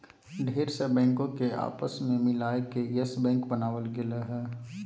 ढेर सा बैंको के आपस मे मिलाय के यस बैक बनावल गेलय हें